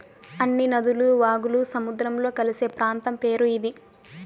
అన్ని నదులు వాగులు సముద్రంలో కలిసే ప్రాంతం పేరు ఇది